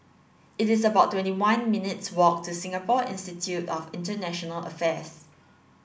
it is about twenty one minutes walk to Singapore Institute of International Affairs